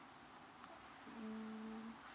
mm